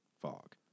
fog